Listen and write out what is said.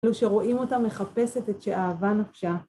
זהו שרואים אותה מחפשת את שאהבה נפשה.